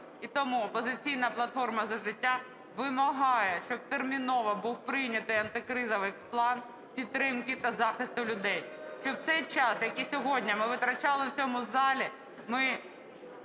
і тому "Опозиційна платформа - За життя" вимагає, щоб терміново був прийнятий антикризовий план підтримки та захисту людей, щоб цей час, який сьогодні ми витрачали в цьому залі, ми…